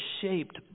shaped